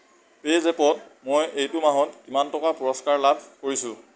পে'জেপত মই এইটো মাহত কিমানটা পুৰস্কাৰ লাভ কৰিছোঁ